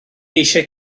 eisiau